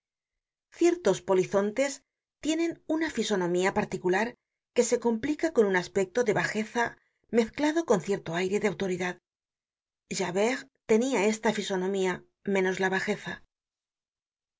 ciertos polizontes tienen una fisonomía particular que se complica con un aspecto de bajeza mezclado con cierto aire de autoridad javert tenia esta fisonomía menos la bajeza